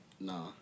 No